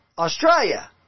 Australia